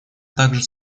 также